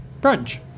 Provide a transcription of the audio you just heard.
brunch